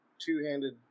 two-handed